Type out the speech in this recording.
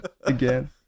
Again